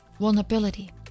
Vulnerability